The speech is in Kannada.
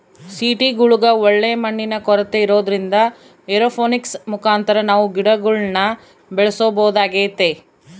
ಸಿಟಿಗುಳಗ ಒಳ್ಳೆ ಮಣ್ಣಿನ ಕೊರತೆ ಇರೊದ್ರಿಂದ ಏರೋಪೋನಿಕ್ಸ್ ಮುಖಾಂತರ ನಾವು ಗಿಡಗುಳ್ನ ಬೆಳೆಸಬೊದಾಗೆತೆ